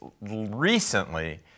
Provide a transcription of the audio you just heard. recently